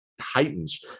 heightens